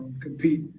compete